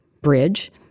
bridge